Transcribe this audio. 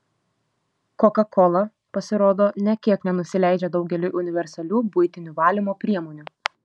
kokakola pasirodo nė kiek nenusileidžia daugeliui universalių buitinių valymo priemonių